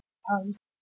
um